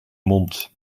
mond